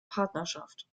partnerschaft